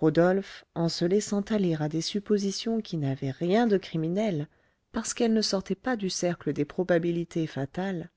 rodolphe en se laissant aller à des suppositions qui n'avaient rien de criminel parce qu'elles ne sortaient pas du cercle des probabilités fatales